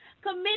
Commit